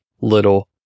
little